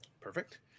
Perfect